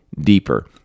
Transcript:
deeper